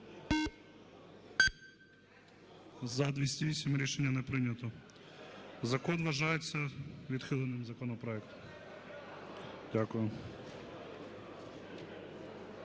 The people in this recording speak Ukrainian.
За-208 Рішення не прийнято. Закон вважається відхиленим, законопроект. Дякую.